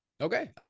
Okay